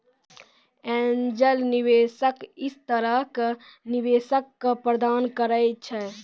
angel निवेशक इस तरह के निवेशक क प्रदान करैय छै